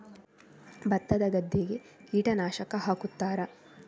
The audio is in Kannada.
ಭತ್ತದ ಗದ್ದೆಗೆ ಕೀಟನಾಶಕ ಹಾಕುತ್ತಾರಾ?